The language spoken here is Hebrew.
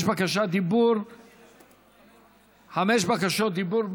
יש חמש בקשות דיבור: